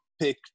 pick